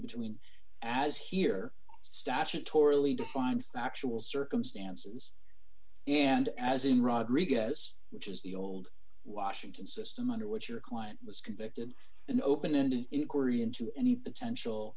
between as here statutorily defines the actual circumstances and as in rodriguez which is the old washington system under which your client was convicted an open ended inquiry into any potential